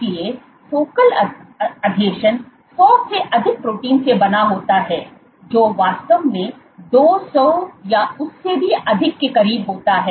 इसलिए फोकल आसंजन सौ से अधिक प्रोटीन से बना होता है जो वास्तव में 200 या उससे भी अधिक के करीब होता है